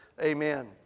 Amen